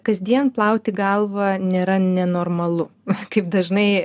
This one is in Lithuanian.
kasdien plauti galvą nėra nenormalu kaip dažnai